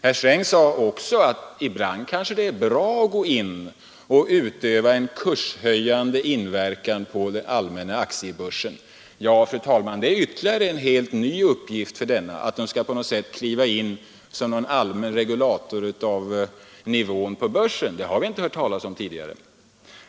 Herr Sträng sade också att det kanske ibland är bra att gå in och utöva en kurshöjande inverkan på den allmänna aktiebörsen. Ja, fru talman, det är ytterligare en helt ny uppgift att på detta sätt kunna kliva in som en allmän regulator av nivån på börsen. Det har vi inte hört talas om tidigare.